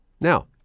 Now